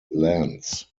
lands